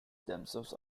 themselves